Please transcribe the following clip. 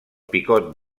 picot